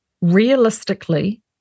realistically